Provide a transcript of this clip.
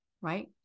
right